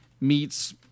meets